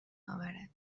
اورد